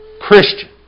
Christian